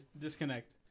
disconnect